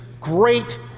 great